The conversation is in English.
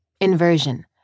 Inversion